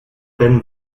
then